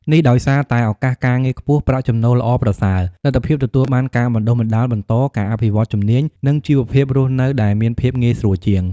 នេះដោយសារតែឱកាសការងារខ្ពស់ ប្រាក់ចំណូលល្អប្រសើរ លទ្ធភាពទទួលបានការបណ្តុះបណ្តាលបន្ត ការអភិវឌ្ឍជំនាញ និងជីវភាពរស់នៅដែលមានភាពងាយស្រួលជាង។